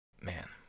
Man